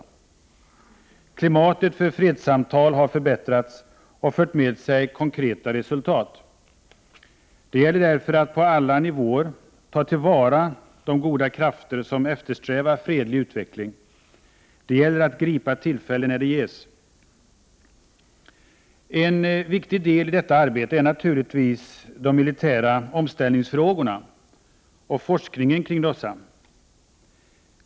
Klimatet för fredssamtal har förbättrats och fört med sig konkreta resultat. Det gäller därför att på alla nivåer ta till vara de goda krafter som eftersträvar fredlig utveckling. Det gäller att gripa tillfället när det ges. En viktig del i detta arbete är naturligtvis frågorna om militär omställning och forskningen kring dessa.